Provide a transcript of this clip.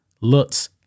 looks